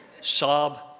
sob